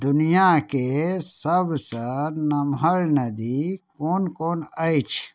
दुनिऑं के सबसँ नमहर नदी कोन कोन अछि